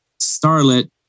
starlet